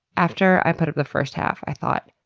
after i put up the first half, i thought.